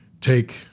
take